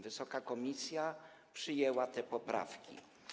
Wysoka komisja przyjęła te poprawki.